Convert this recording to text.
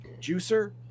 Juicer